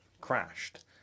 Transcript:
crashed